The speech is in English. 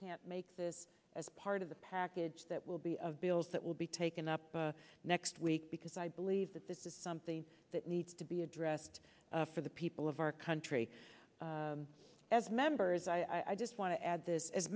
can't make this as part of the package that will be of bills that will be taken up next week because i believe that this is something that needs to be addressed for the people of our country as members i just want to add this as